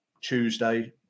Tuesday